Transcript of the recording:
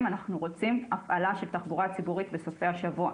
'אנחנו רוצים הפעלה של תחבורה ציבורית בסופי השבוע'.